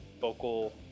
vocal